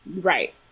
right